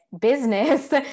business